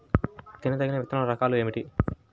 తినదగిన విత్తనాల రకాలు ఏమిటి?